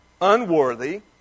unworthy